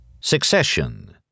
Succession